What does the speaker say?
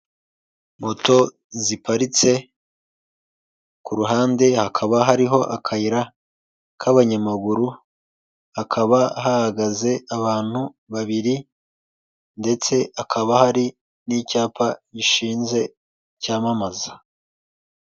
Moto ziparitse, ku ruhande hakaba hariho akayira k'abanyamaguru, hakaba hahagaze abantu babiri ndetse hakaba hari n'icyapa gishinze, cyamamaza.